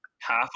half